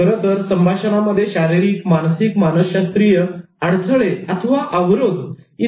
खरंतर संभाषणांमध्ये शारीरिक मानसिक मानसशास्त्रीय अवरोध इ